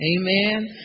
Amen